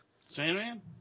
Sandman